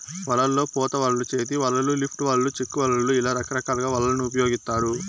వలల్లో పోత వలలు, చేతి వలలు, లిఫ్ట్ వలలు, చిక్కు వలలు ఇలా రకరకాల వలలను ఉపయోగిత్తారు